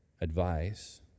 advice